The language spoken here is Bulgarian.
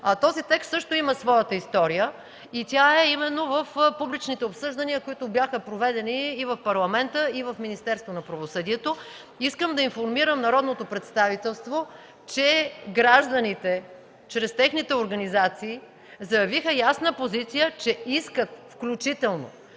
Този текст също има своята история и тя е именно в публичните обсъждания, които бяха проведени и в Парламента, и в Министерството на правосъдието. Искам да информирам народното представителство, че гражданите чрез техните организации заявиха ясна позиция, че искат, включително